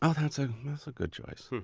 ah that's ah that's a good choice.